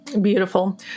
Beautiful